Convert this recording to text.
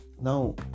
Now